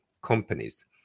companies